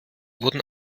wurden